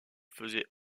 faisait